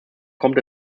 kommt